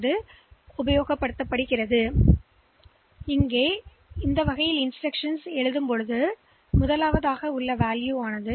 எனவேநீங்கள்பெற விரும்பினால் நாங்கள் இங்கே தள்ளிய அசல் டி மதிப்பைதிரும்பப் நான் ஒரு POP D ஐ செய்ய வேண்டும்